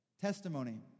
Testimony